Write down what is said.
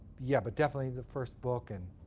yeah, but definitely the first book, and